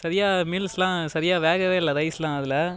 சரியா மீல்ஸ்லாம் சரியா வேகவே இல்லை ரைஸ்லாம் அதில்